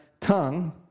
tongue